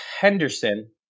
Henderson